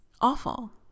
awful